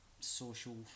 social